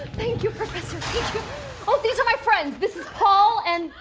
thank you! oh these are my friends, this is paul and.